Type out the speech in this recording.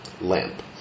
lamp